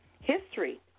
history